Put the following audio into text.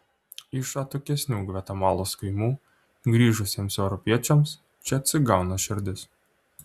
iš atokesnių gvatemalos kaimų grįžusiems europiečiams čia atsigauna širdis